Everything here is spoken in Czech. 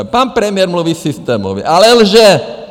Pan premiér mluví systémově, ale lže!